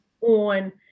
on